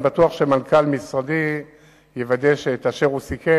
אני בטוח שמנכ"ל משרדי יוודא שאשר הוא סיכם,